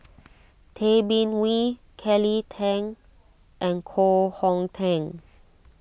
Tay Bin Wee Kelly Tang and Koh Hong Teng